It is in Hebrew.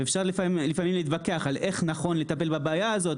אפשר לפעמים להתווכח על איך נכון לטפל בבעיה הזאת,